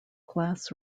class